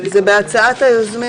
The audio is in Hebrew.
זה מופיע בהצעת היוזמים.